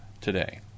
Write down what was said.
today